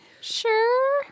Sure